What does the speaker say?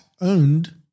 owned